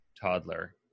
toddler